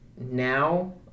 now